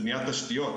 זה בניית תשתיות,